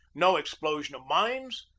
no ex plosion of mines,